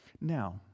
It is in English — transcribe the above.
Now